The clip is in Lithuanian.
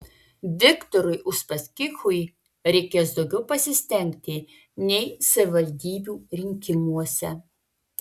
viktorui uspaskichui reikės daugiau pasistengti nei savivaldybių rinkimuose